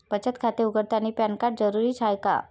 बचत खाते उघडतानी पॅन कार्ड जरुरीच हाय का?